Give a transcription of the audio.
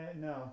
No